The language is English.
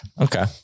Okay